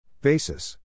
Basis